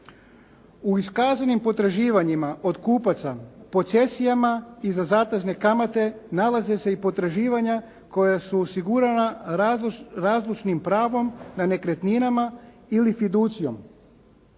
U iskazanim potraživanjima od kupaca po cesijama i za zatezne kamate nalaze se i potraživanja koja su osigurana … /Govornik se ne razumije./ … pravom na nekretninama ili fiducijom.